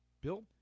Bill